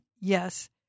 yes